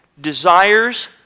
desires